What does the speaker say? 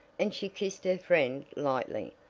and she kissed her friend lightly,